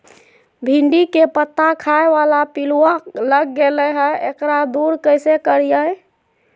भिंडी के पत्ता खाए बाला पिलुवा लग गेलै हैं, एकरा दूर कैसे करियय?